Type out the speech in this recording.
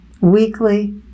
weekly